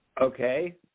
Okay